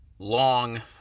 long